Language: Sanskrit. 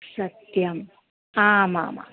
सत्यम् आमाम्